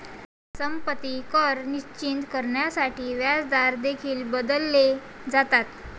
संपत्ती कर निश्चित करण्यासाठी व्याजदर देखील बदलले जातात